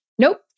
Nope